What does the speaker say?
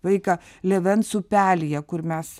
vaiką lėvens upelyje kur mes